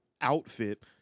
outfit